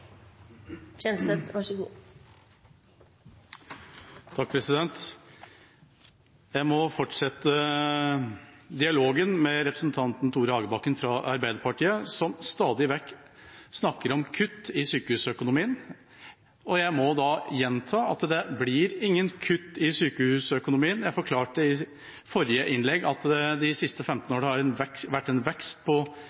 Tore Hagebakken fra Arbeiderpartiet, som stadig vekk snakker om kutt i sykehusøkonomien, og jeg må da gjenta at det blir ingen kutt i sykehusøkonomien. Jeg forklarte i forrige innlegg at de siste 15